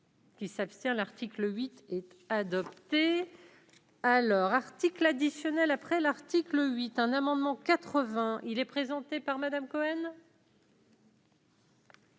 Qui s'abstient, l'article 8 et adopté alors article additionnel après l'article 8 un amendement 80 il est présenté par Madame Cohen.